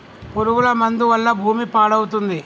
పురుగుల మందు వల్ల భూమి పాడవుతుంది